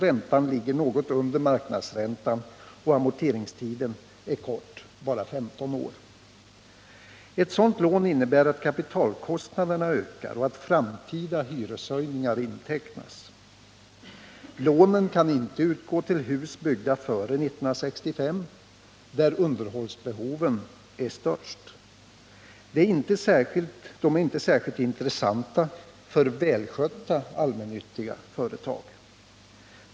Räntan ligger något under marknadsräntan och amorteringstiden är kort, bara 15 år. Ett sådant lån innebär att kapitalkostnaderna ökar och att framtida hyreshöjningar intecknas. Lånen kan inte utgå till hus byggda före 1965 — där underhållsbehoven är störst. De är inte särskilt intressanta för välskötta allmännyttiga företag.